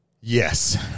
Yes